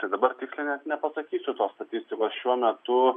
tai dabar tiksliai net nepasakysiu tos statistikos šiuo metu